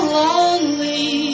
lonely